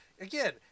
Again